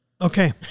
Okay